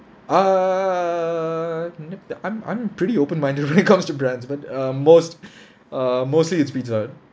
err I'm I'm pretty open minded when it comes to brands but uh most uh mostly it's Pizza Hut